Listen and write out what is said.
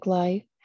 life